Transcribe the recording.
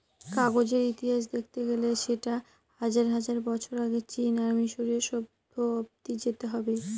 কাগজের ইতিহাস দেখতে গেলে সেটা হাজার হাজার বছর আগে চীন আর মিসরীয় সভ্য অব্দি যেতে হবে